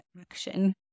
action